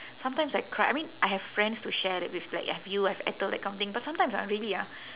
sometimes I cry I mean I have friends to share that with like I have you I have ethel that kind of thing but sometimes ah really ah